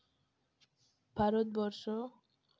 Bharatvarsha